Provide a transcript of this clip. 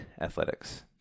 Athletics